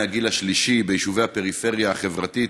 הגיל השלישי ביישובי הפריפריה החברתית.